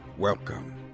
Welcome